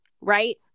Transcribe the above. right